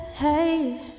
Hey